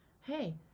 Hey